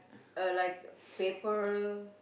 uh like paper